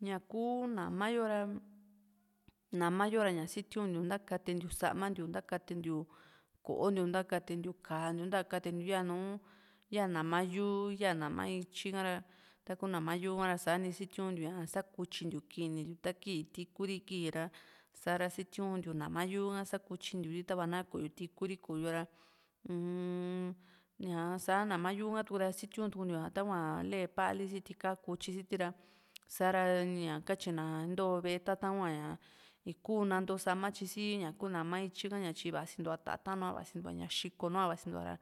ña kuu nama yo ra nama yó ra ña sitiuntiu ntakatentiu samantiu ntakatentiu ko´o ntiu ntakatentiu ka´a ntiu takatentiu yanu ya nama yúu ya nama ítyika ra taku nama yúu ka´ra sani sitiuntiou ña sakutyintiu kinintiu ta kíi tikuri kii ra sa´ra sitiuntiu nama yúu ka sakutyintiuri tava ná ko´yo tiku ri koyo ra uu-m ña sá nama yúu katu´ra sitiutukuntiu´a tahua lee paali siti ka´ku tyi siti ra sa´ra ña katyína into ve´e tatán hua iku nanto sama tyi si ñaku nama ítyi ha ña tyi vasintuva tata´n núa vasintuva ña xikó nua vasintuva ra